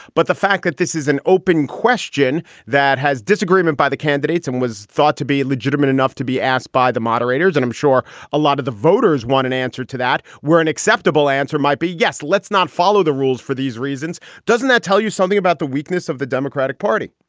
but the fact that this is an open question that has disagreement by the candidates and was thought to be legitimate enough to be asked by the moderators, and i'm sure a lot of the voters want an answer to that. we're an acceptable answer. might be yes. let's not follow the rules for these reasons. doesn't that tell you something about the weakness of the democratic party?